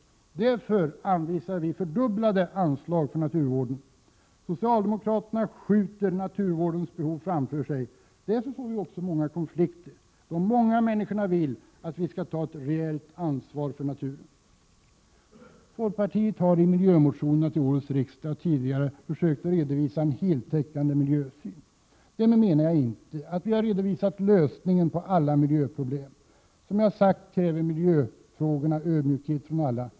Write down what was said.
Därför anvisar vi fördubblade anslag för naturvården. Socialdemokraterna skjuter naturvårdens behov framför sig. Således blir det många konflikter. Men flertalet människor vill ju att vi skall ta ett reellt ansvar för naturen. 25 Vi i folkpartiet har i våra miljömotioner till årets riksmöte — liksom vi tidigare har gjort — försökt att redovisa en heltäckande miljösyn. Därmed menar jag inte att vi har redovisat lösningen på alla miljöproblem! Miljöfrågorna kräver, som jag har sagt, ödmjukhet från alla.